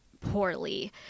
poorly